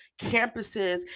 campuses